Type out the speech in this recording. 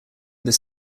this